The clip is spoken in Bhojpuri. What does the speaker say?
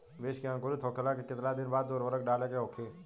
बिज के अंकुरित होखेला के कितना दिन बाद उर्वरक डाले के होखि?